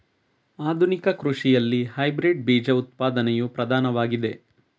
ಆಧುನಿಕ ಕೃಷಿಯಲ್ಲಿ ಹೈಬ್ರಿಡ್ ಬೀಜ ಉತ್ಪಾದನೆಯು ಪ್ರಧಾನವಾಗಿದೆ